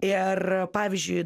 ir pavyzdžiui